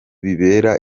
bibera